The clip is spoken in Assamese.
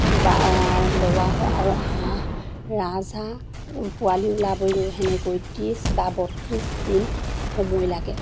দুবাৰ লোৱা হয় আৰু হাঁহ ৰাজহাঁহ পোৱালি ওলাবলৈও সেনেকৈ ত্ৰিছ বা বত্ৰিছ দিন সময় লাগে